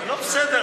לא בסדר.